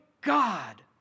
God